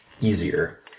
easier